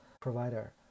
provider